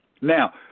Now